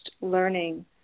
learning